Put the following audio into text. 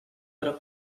però